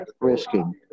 risking